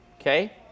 Okay